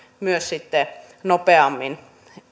myös sitten nopeammin